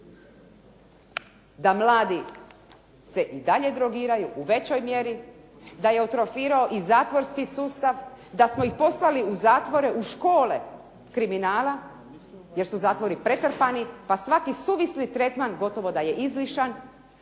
Da mladi se i dalje drogiraju u većoj mjeri, da je atrofirao i zatvorski sustav, da smo ih poslali u zatvore, u škole kriminala jer su zatvori pretrpani pa svaki suvisli tretman gotovo da je izlišan